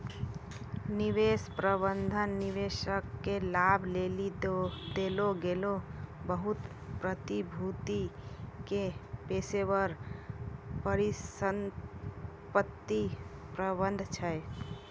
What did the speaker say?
निवेश प्रबंधन निवेशक के लाभ लेली देलो गेलो बहुते प्रतिभूति के पेशेबर परिसंपत्ति प्रबंधन छै